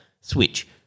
switch